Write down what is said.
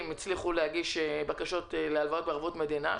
הצליחו להגיש בקשות להלוואות בערבויות מדינה.